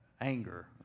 anger